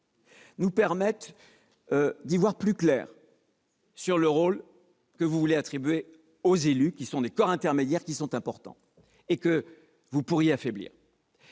nous permettent d'y voir plus clair sur le rôle que vous voulez attribuer aux élus, qui sont des corps intermédiaires importants et que vous pourriez affaiblir.